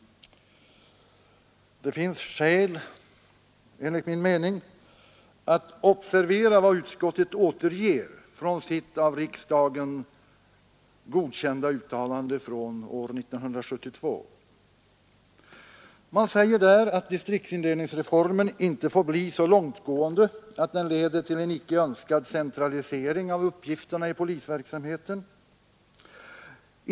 Det finns enligt min mening skäl att observera vad utskottet återger ur sitt av riksdagen godkända uttalande från år 1972. Man säger där att distriktsindelningsreformen inte får bli så långtgående att den leder till en icke önskad centralisering av uppgifterna i polisverksamheten.